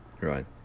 Right